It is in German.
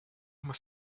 muss